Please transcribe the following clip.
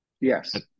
Yes